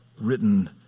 written